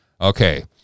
Okay